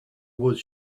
was